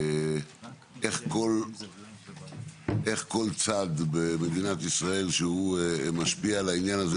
איך כל צד במדינת ישראל שהוא משפיע על העניין הזה,